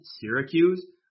Syracuse